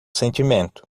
sentimento